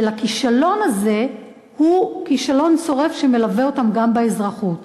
אלא שהכישלון הזה הוא כישלון צורב שמלווה אותם גם באזרחות.